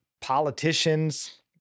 politicians